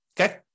okay